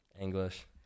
English